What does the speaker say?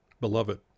beloved